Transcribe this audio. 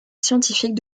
scientifique